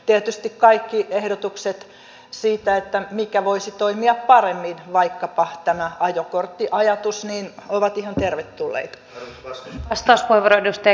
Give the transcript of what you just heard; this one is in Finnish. tietysti kaikki ehdotukset siitä että mikä voisi toimia paremmin vaikkapa tämä ajokorttiajatus ovat ihan tervetulleita